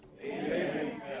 Amen